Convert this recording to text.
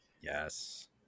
Yes